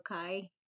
okay